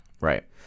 Right